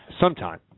sometime